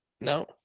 No